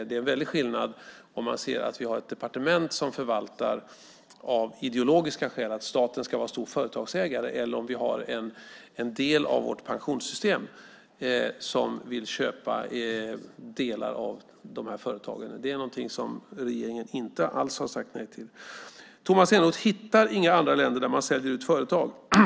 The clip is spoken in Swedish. Det är en väldig skillnad om vi har ett departement som förvaltar av ideologiska skäl, att staten ska vara en stor företagsägare, eller om en del av vårt pensionssystem vill köpa delar av de här företagen. Det är någonting som regeringen inte alls har sagt nej till. Tomas Eneroth hittar inga andra länder där man säljer ut företag.